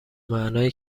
معنای